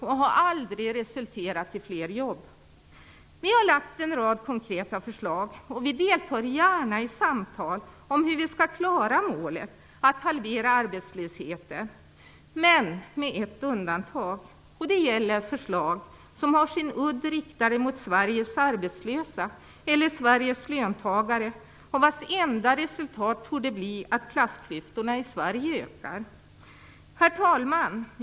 Det har aldrig resulterat i fler jobb. Vi har lagt fram en rad konkreta förslag, och vi deltar gärna i samtal om hur vi skall nå målet att halvera arbetslösheten. Men det finns ett undantag. Det gäller ett förslag som har sin udd riktad mot Sveriges arbetslösa eller Sveriges löntagare och vars enda resultat torde bli att klassklyftorna i Sverige ökar. Herr talman!